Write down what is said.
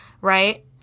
right